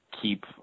keep